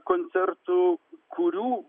koncertų kurių